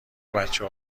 بچه